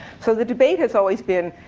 so the debate has always been,